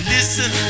Listen